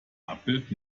abbild